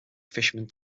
fisherman